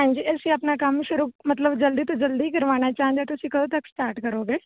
ਹਾਂਜੀ ਅਸੀਂ ਆਪਣਾ ਕੰਮ ਸ਼ੁਰੂ ਮਤਲਬ ਜਲਦੀ ਤੋਂ ਜਲਦੀ ਕਰਵਾਉਣਾ ਚਾਹੁੰਦੇ ਤੁਸੀਂ ਕਦੋਂ ਤੱਕ ਸਟਾਰਟ ਕਰੋਗੇ